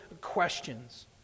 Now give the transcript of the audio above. questions